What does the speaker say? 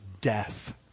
death